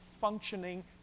functioning